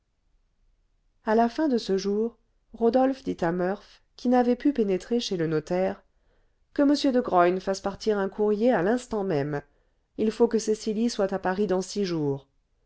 à la fin de ce jour rodolphe dit à murph qui n'avait pu pénétrer chez le notaire que m de graün fasse partir un courrier à l'instant même il faut que cecily soit à paris dans six jours